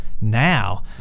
Now